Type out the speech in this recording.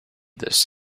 this